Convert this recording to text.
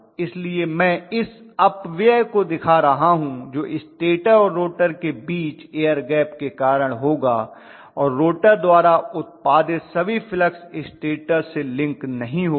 इसलिए मैं इस अपव्यय को दिखा रहा हूं जो स्टेटर और रोटर के बीच एयर गैप के कारण होगा और रोटर द्वारा उत्पादित सभी फ्लक्स स्टेटर से लिंक नहीं होगा